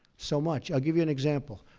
so much. i'll give you an example.